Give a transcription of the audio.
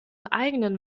eigenen